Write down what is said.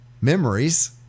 memories